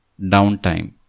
downtime